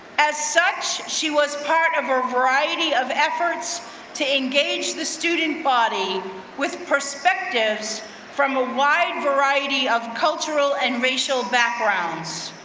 as such, she was part of a variety of efforts to engage the student body with perspectives from a wide variety of cultural and racial backgrounds.